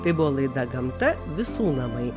tai buvo laida gamta visų namai